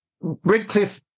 Redcliffe